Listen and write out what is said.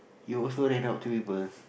you also rent out to people